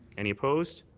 any opposed?